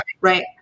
Right